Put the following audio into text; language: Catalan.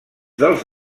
dels